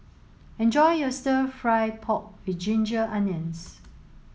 enjoy your stir fry pork with ginger onions